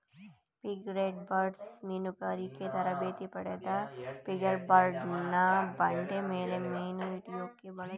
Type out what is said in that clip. frigatebirds ಮೀನುಗಾರಿಕೆ ತರಬೇತಿ ಪಡೆದ ಫ್ರಿಗೇಟ್ಬರ್ಡ್ನ ಬಂಡೆಮೇಲೆ ಮೀನುಹಿಡ್ಯೋಕೆ ಬಳಸುತ್ತಿದ್ರು